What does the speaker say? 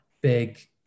big